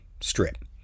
strip